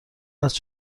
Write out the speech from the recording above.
است